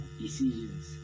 decisions